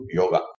yoga